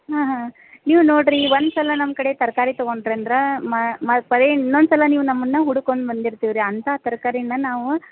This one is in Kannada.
ಹಾಂ ಹಾಂ ನೀವು ನೋಡಿರಿ ಒಂದು ಸಲ ನಮ್ಮ ಕಡೆ ತರಕಾರಿ ತಗೊಂಡಿರಿ ಅಂದ್ರೆ ಮ ಮ ಪದೇ ಇನ್ನೊಂದು ಸಲ ನೀವು ನಮ್ಮನ್ನು ಹುಡುಕ್ಕೊಂಡು ಬಂದಿರ್ತೀರಿ ಅಂಥ ತರಕಾರಿನ ನಾವು